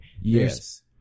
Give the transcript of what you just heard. Yes